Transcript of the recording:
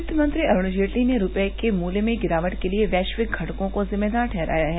वित्त मंत्री अरूण जेटली ने रुपये के मूल्य में गिरावट के लिए वैश्विक घटकों को जिम्मेदार ठहराया है